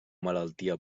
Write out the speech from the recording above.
malaltia